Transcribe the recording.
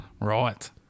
Right